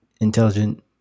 intelligent